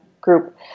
group